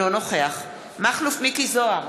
אינו נוכח מכלוף מיקי זוהר,